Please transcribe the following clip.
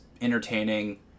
entertaining